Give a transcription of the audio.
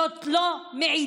זאת לא מעידה,